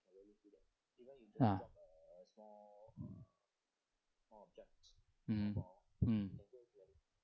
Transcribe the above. uh mm mm